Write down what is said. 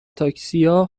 تاکسیا